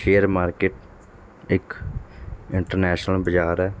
share market ਇੱਕ international ਬਜ਼ਾਰ ਹੈ